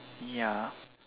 ya